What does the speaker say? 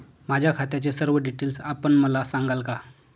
माझ्या खात्याचे सर्व डिटेल्स आपण मला सांगाल का?